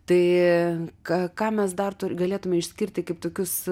tai ką ką mes dar tur galėtume išskirti kaip tokius